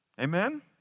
Amen